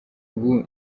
ubu